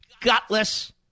Gutless